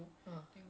okay